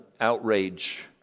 outrage